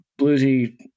bluesy